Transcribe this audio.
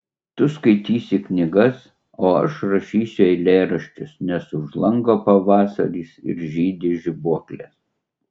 tu skaitysi knygas o aš rašysiu eilėraščius nes už lango pavasaris ir žydi žibuoklės